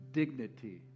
Dignity